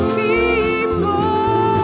people